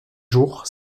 jours